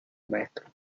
maestro